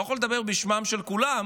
אני לא יכול לדבר בשמם של כולם,